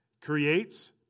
Creates